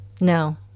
No